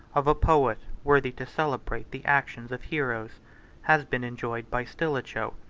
of a poet worthy to celebrate the actions of heroes has been enjoyed by stilicho,